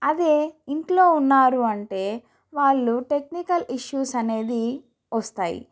అదే ఇంట్లో ఉన్నారు అంటే వాళ్ళు టెక్నికల్ ఇష్యూస్ అనేది వస్తాయి